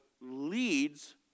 leads